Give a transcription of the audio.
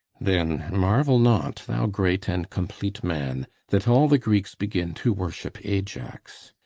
then marvel not, thou great and complete man, that all the greeks begin to worship ajax,